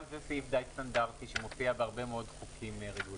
גם זה סעיף די סטנדרטי שמופיע בהרבה מאוד חוקים רגולטוריים.